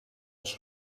los